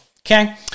okay